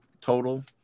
Total